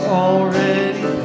already